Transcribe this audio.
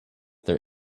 their